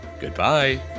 Goodbye